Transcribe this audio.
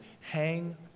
hang